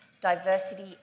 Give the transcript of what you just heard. diversity